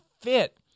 fit